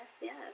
yes